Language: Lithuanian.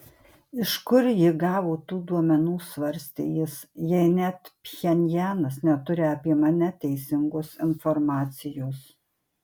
iš kur ji gavo tų duomenų svarstė jis jei net pchenjanas neturi apie mane teisingos informacijos